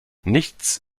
nichts